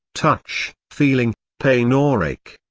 touch, feeling, pain or ache.